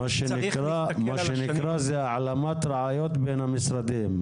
מה שנקרא, זאת העלמת ראיות בין המשרדים.